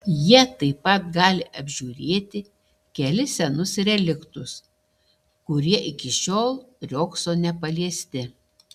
jie taip pat gali apžiūrėti kelis senus reliktus kurie iki šiol riogso nepaliesti